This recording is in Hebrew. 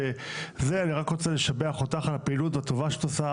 אני רק רוצה לשבח אותך על הפעילות הטובה שאת עושה,